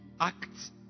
Acts